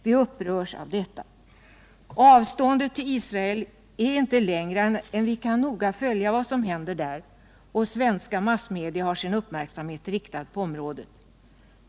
Vi upprörs av detta. Avståndet till Israel är inte längre än att vi noga kan följa vad som händer där, och svenska massmedia har sin uppmärksamhet riktad på området.